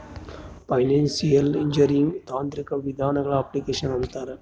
financial engineering ತಾಂತ್ರಿಕ ವಿಧಾನಗಳ application ಅಂತಾರ